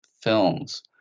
films